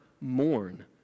mourn